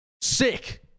sick